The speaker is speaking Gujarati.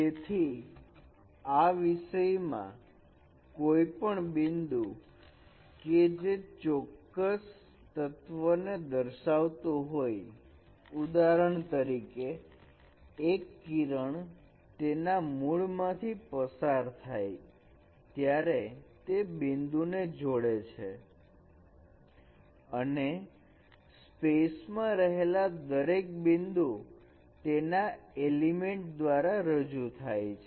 તેથી આ વિષય માં કોઈપણ બિંદુ કેજે કોઈ ચોક્કસ તત્વને દર્શાવતું હોય ઉદાહરણ તરીકે એક કિરણ તેના મૂળ માંથી પસાર થાય ત્યારે તે બિંદુ ને જોડે છે અને સ્પેસ માં રહેલા દરેક બિંદુ તેના એલિમેન્ટ દ્વારા રજૂ થાય છે